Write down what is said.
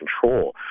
control